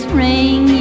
ring